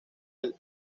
del